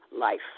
life